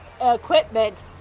equipment